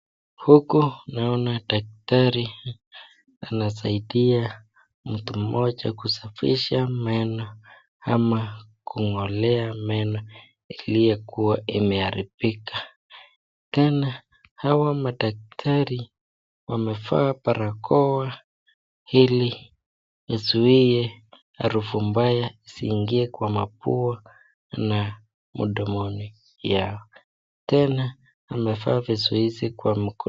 Huku naona daktari anasaidia mtu mmoja kusafisha meno ama kung'olea meno iliyokuwa imeharibika. Tena hawa madaktari wamevaa barakoa ili izuie harufu mbaya isiingie kwa mapua na mdomoni yao. Tena amevaa vizuizi kwa mikono.